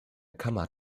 kammer